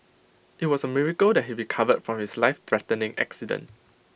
IT was A miracle that he recovered from his lifethreatening accident